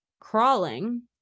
crawling